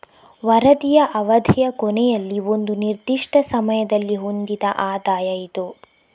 ವರದಿಯ ಅವಧಿಯ ಕೊನೆಯಲ್ಲಿ ಒಂದು ನಿರ್ದಿಷ್ಟ ಸಮಯದಲ್ಲಿ ಹೊಂದಿದ ಆದಾಯ ಇದು